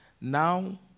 Now